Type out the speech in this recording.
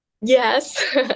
Yes